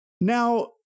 Now